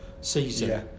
season